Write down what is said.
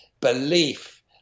belief